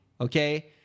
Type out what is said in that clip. okay